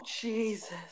Jesus